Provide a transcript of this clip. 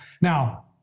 Now